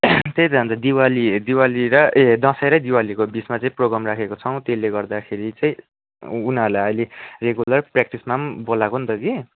त्यही त अन्त दिवाली दिवाली र ए दसैँ र दिवालीकोबिचमा चाहिँ प्रोग्राम राखेको छौँ त्येसले गर्दाखेरि चाहिँ उनीहरूलाई अहिले रेगुलर प्र्याक्टिसमा पनि बोलाएको नि त कि